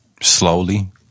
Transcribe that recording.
slowly